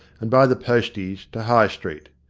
and by the posties to high street.